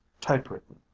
typewritten